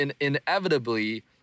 inevitably